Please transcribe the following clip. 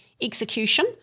execution